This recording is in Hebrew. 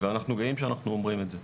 ואנחנו גאים כשאנחנו אומרים את זה.